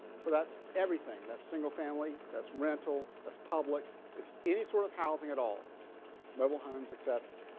so that's everything that single family that's rental as public is any sort of housing at all mobile homes etc.